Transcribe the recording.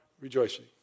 rejoicing